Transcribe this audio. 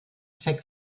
zweck